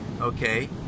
okay